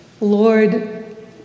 Lord